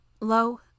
Low